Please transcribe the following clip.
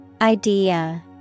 Idea